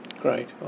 Great